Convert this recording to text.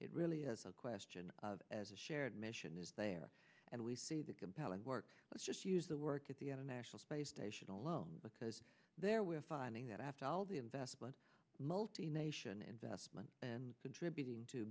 it really is a question as a shared mission is there and we see the compelling work let's just use the work at the at a national space station alone because there we're finding that after all the investment multi nation investment and contributing to